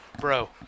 bro